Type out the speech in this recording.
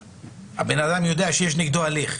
הבן אדם יודע שיש נגדו הליך.